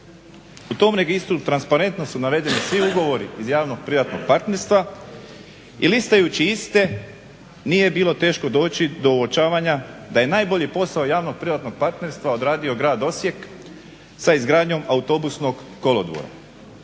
U tom registru transparentno su uvedeni svi ugovori iz javnog-privatnog partnerstva i listajući iste nije bilo teško doći do uočavanja da je najbolji posao javnog-privatnog partnerstva odradio Grad Osijek sa izgradnjom autobusnog kolodvora.